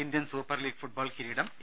Indian Super League football കിരീടം A